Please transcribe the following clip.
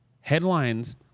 headlines